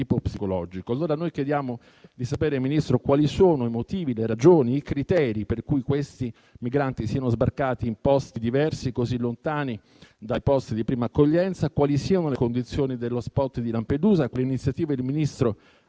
psicologico. Signor Ministro, chiediamo di sapere quali sono i motivi, le ragioni e i criteri per cui quei migranti siano sbarcati in posti diversi e così lontani da quelli di prima accoglienza; quali siano le condizioni dell'*hotspot* di Lampedusa e quali iniziative il Ministro